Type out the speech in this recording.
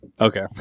Okay